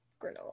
granola